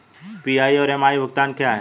PI और MI भुगतान क्या हैं?